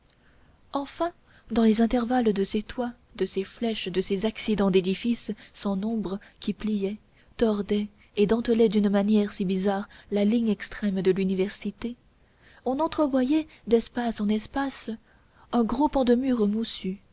enfin dans les intervalles de ces toits de ces flèches de ces accidents d'édifices sans nombre qui pliaient tordaient et dentelaient d'une manière si bizarre la ligne extrême de l'université on entrevoyait d'espace en espace un gros pan de mur moussu